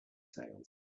sails